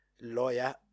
lawyer